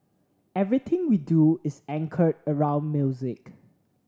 everything we do is anchored around music